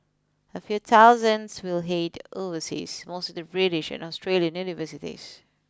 a few thousands will head overseas mostly to British and Australian universities